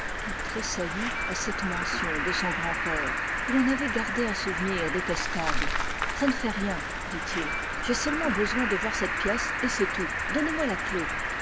tressaillit à cette mention de son grand-père il en avait gardé un souvenir détestable ça ne fait rien dit-il j'ai seulement besoin de voir cette pièce et c'est tout donnez-moi la clef